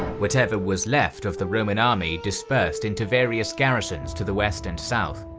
whatever was left of the roman army dispersed into various garrisons to the west and south,